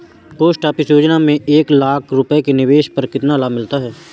Post office की योजना में एक लाख रूपए के निवेश पर कितना लाभ मिलता है?